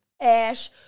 ash